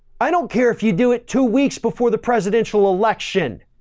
i don't care if you do it two weeks before the presidential election.